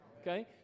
Okay